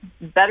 better